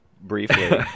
briefly